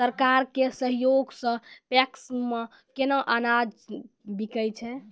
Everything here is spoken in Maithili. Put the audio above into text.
सरकार के सहयोग सऽ पैक्स मे केना अनाज बिकै छै?